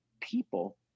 people